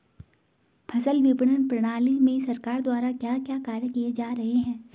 फसल विपणन प्रणाली में सरकार द्वारा क्या क्या कार्य किए जा रहे हैं?